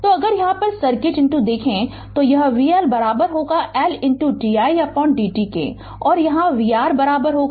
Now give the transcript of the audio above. तो अगर यहां सर्किट देखें तो यह vL L di dt होगा और यहां vR I R होगा